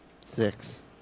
Six